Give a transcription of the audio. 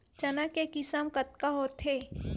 चना के किसम कतका होथे?